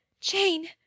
Jane